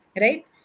Right